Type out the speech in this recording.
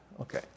Okay